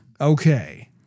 Okay